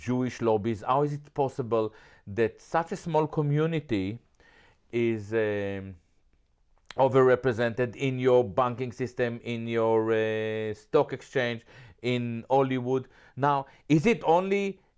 jewish lobbies are is it possible that such a small community is overrepresented in your banking system in your a stock exchange in hollywood now is it only